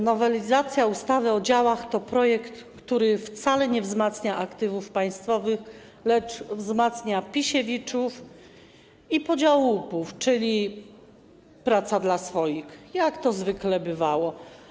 Nowelizacja ustawy o działach to projekt, który wcale nie wzmacnia aktywów państwowych, lecz wzmacnia pisiewiczów i podział łupów, czyli pracę dla swoich, jak to zwykle bywało.